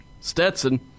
Stetson